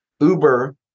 Uber